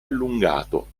allungato